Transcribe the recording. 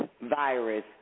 virus